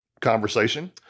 conversation